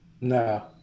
No